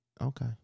Okay